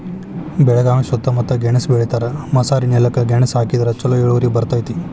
ಬೆಳಗಾವಿ ಸೂತ್ತಮುತ್ತ ಗೆಣಸ್ ಬೆಳಿತಾರ, ಮಸಾರಿನೆಲಕ್ಕ ಗೆಣಸ ಹಾಕಿದ್ರ ಛಲೋ ಇಳುವರಿ ಬರ್ತೈತಿ